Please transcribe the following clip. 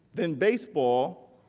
than baseball,